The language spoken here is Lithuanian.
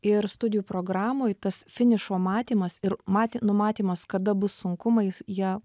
ir studijų programoj tas finišo matymas ir mati numatymas kada bus sunkumais jie